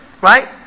right